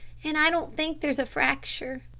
and i don't think there's a fracture.